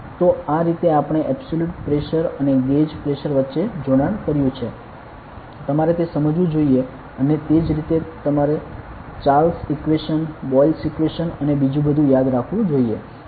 તો આ રીતે આપણે એબ્સોલ્યુટ પ્રેશર અને ગેજ પ્રેશર વચ્ચે જોડાણ કર્યું છે તમારે તે સમજવું જોઈએ અને તે જ રીતે તમારે Charles equation Boyle's equation boyle's equation અને બીજૂ બધું યાદ રાખવું જોઈએ